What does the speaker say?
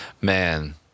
man